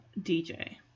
DJ